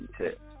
tip